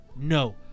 no